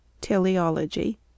Teleology